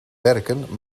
werken